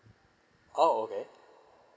oh okay